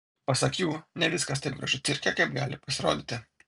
pasak jų ne viskas taip gražu cirke kaip gali pasirodyti